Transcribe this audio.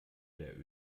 der